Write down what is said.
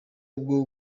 bwo